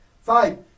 Five